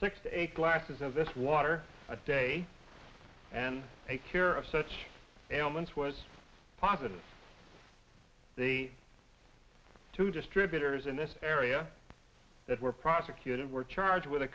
six to eight glasses of this water a day and take care of such elements was positive the two distributors in this area that were prosecuted were charged with a